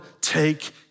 take